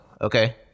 okay